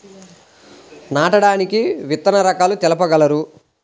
నాటడానికి విత్తన రకాలు తెలుపగలరు?